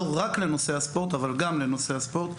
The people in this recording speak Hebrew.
לא רק לנושא הספורט אבל גם לנושא הספורט.